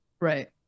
Right